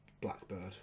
Blackbird